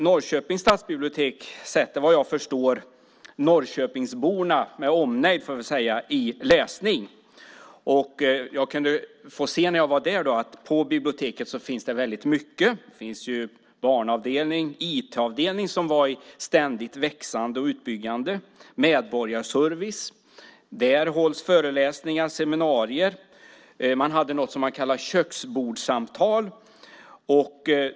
Norrköpings stadsbibliotek sätter, vad jag förstår, Norrköpingsborna och människor i Norrköpings omnejd i läsning. När jag var där kunde jag se att det på biblioteket finns väldigt mycket. Det finns barnavdelning, IT-avdelning som ständigt byggs ut och medborgarservice. Där hålls föreläsningar, seminarier och något som man kallade köksbordssamtal.